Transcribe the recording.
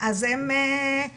אז הם לומדים,